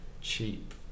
cheap